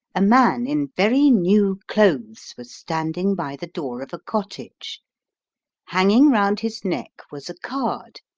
a man in very new clothes was standing by the door of a cottage hanging round his neck was a card,